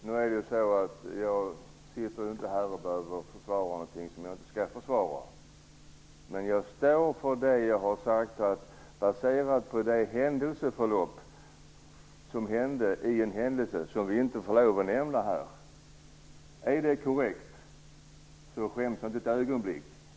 Herr talman! Jag behöver inte sitta här och försvara någonting som jag inte skall försvara. Men jag står för vad jag har sagt, baserat på ett förlopp i en händelse som vi inte får lov att nämna i riksdagen. Är det korrekt? Jag skäms inte ett ögonblick.